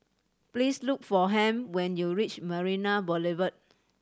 please look for Ham when you reach Marina Boulevard